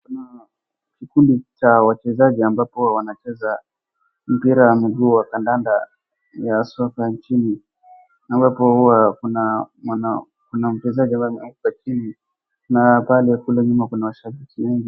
Kuna kikundi cha wachezaji ambapo wanacheza mpira wa miguu wa kandanda ya soka nchini ambapo huwa kuna mchezaji ambaye ameanguka chini na pale kule nyuma kuna washabiki wengi.